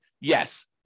yes